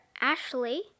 ashley